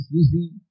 using